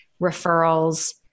referrals